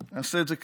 נעשה את זה קצר.